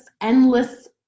endless